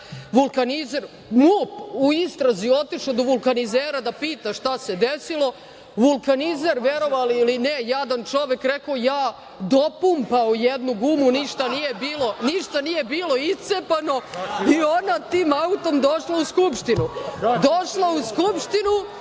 vulkanizera… MUP u istrazi je otišao do vulkanizera da pita šta se desilo. Vulkanizer, verovali ili ne, jadan čovek rekao – ja dopumpao jednu gumu, ništa nije bilo iscepano i ona tim autom došla u Skupštinu. Došla u Skupštinu